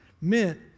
meant